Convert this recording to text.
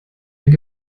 mehr